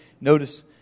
notice